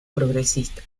progresista